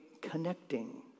connecting